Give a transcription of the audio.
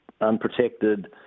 unprotected